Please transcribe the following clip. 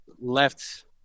left